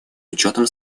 учетом